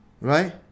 right